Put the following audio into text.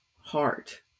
heart